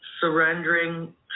surrendering